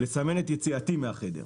לסמן את יציאתי מהחדר.